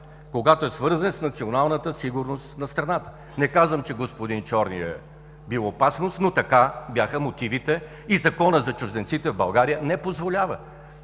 когато е свързан с националната сигурност на страната. Не казвам, че господин Чорни е бил опасност, но така бяха мотивите и Законът за чужденците в България не позволява.